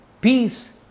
Peace